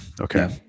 Okay